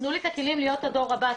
תנו לי את הכלים להיות הדור הבא.